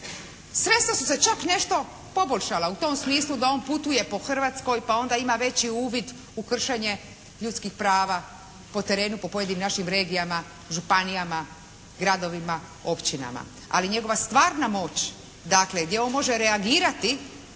Sredstva su se čak nešto poboljšala u tom smislu da on putuje po Hrvatskoj pa onda ima veći uvid u kršenje ljudskih prava po terenu, po pojedinim našim regijama, županijama, gradovima, općinama. Ali njegova stvarna moć dakle, gdje on može reagirati